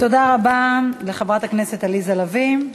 תודה רבה לחברת הכנסת עליזה לביא.